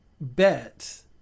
bet